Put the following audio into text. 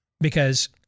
Because-